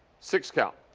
six count,